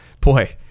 boy